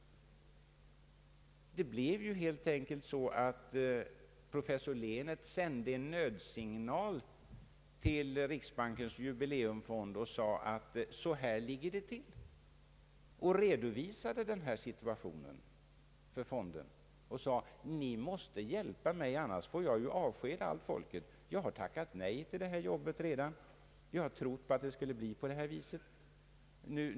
Det blev helt enkelt på det sättet att professor Lehnert sände en nödsignal till riksbankens jubileumsfond och sade: Så här ligger det till. Han redovisade situationen för fonden och sade: Ni måste hjälpa mig, annars får jag avskeda medarbetare. Jag har tackat nej till det erbjudna jobbet redan. Jag hade trott att allt skulle bli som det utlovats.